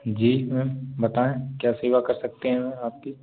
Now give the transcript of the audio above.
जी ma'am बताऍं क्या सेवा कर सकते हैं मैम आपकी